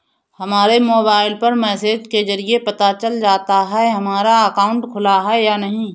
हमारे मोबाइल पर मैसेज के जरिये पता चल जाता है हमारा अकाउंट खुला है या नहीं